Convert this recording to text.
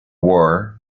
war